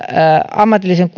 ammatillisen